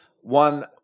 one